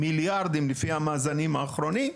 מיליארדים לפי המאזנים האחרונים.